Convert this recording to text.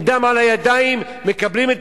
מקבלים,